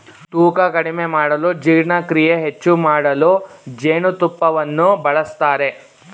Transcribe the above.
ತೂಕ ಕಡಿಮೆ ಮಾಡಲು ಜೀರ್ಣಕ್ರಿಯೆ ಹೆಚ್ಚು ಮಾಡಲು ಜೇನುತುಪ್ಪವನ್ನು ಬಳಸ್ತರೆ